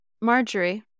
Marjorie